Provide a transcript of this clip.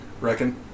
Reckon